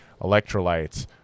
electrolytes